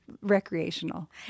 recreational